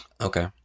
Okay